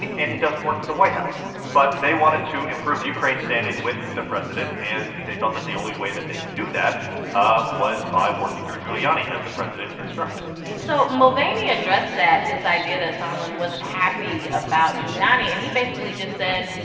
and he doesn't work for the white house. but they wanted to improve ukraine's standing with the president. and they felt that the only way that they could do that ah was by working through giuliani, as the president instructed so mulvaney addressed that this idea that sondland wasn't happy about giuliani. and he basically just said,